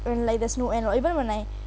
when like there's no end or even when I